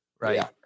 Right